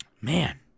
man